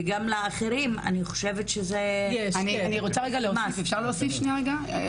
וגם לאחרים --- בכובע של מי שעובד בבית חולים פסיכיאטרי,